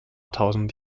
tausend